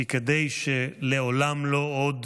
כי כדי שלעולם לא עוד